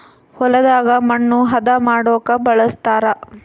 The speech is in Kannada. ಹೊಲದಾಗ ಮಣ್ಣು ಹದ ಮಾಡೊಕ ಬಳಸ್ತಾರ